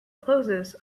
closes